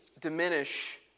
diminish